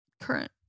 current